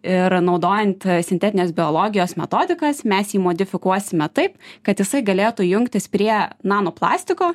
ir naudojant sintetinės biologijos metodikas mes jį modifikuosime taip kad jisai galėtų jungtis prie nano plastiko